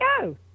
go